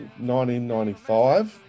1995